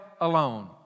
alone